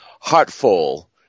heartful